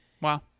Wow